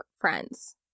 friends